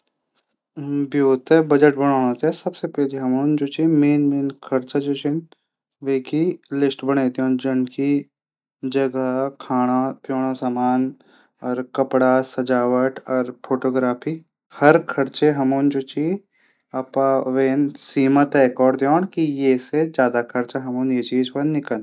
ब्यो तै बजट बणाणो। सबसे पैली मेन मेन खर्चा जू छन ऊक बजट बणा दिण। जनकी जगह खाणू पीणा सामान कपडा सजावट और फोटोग्राफी खर्चा जू छन सीमा तैय कौरी दीण ये से ज्यादा खर्चा हमन ईं चीज पर नी कन।